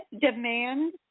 demand